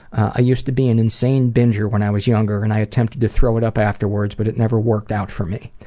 i used to be an insane binger when i was younger and i attempted to throw it up afterwards, but it never worked out for me.